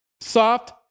Soft